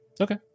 okay